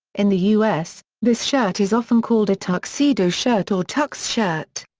in the u s, this shirt is often called a tuxedo shirt or tux shirt.